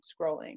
scrolling